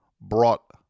brought